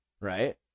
Right